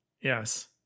yes